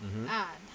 mmhmm